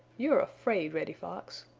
you're afraid, reddy fox!